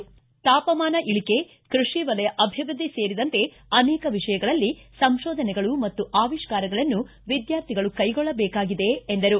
ತಾಪಮಾನ ಇಳಿಕೆ ಕೃಷಿ ವಲಯ ಅಭಿವೃದ್ಧಿ ಸೇರಿದಂತೆ ಅನೇಕ ವಿಷಯಗಳಲ್ಲಿ ಸಂತೋಧನೆಗಳು ಮತ್ತು ಆವಿಷ್ಠಾರಗಳನ್ನು ವಿದ್ಯಾರ್ಥಿಗಳು ಕೈಗೊಳ್ಳಬೇಕಾಗಿದೆ ಎಂದರು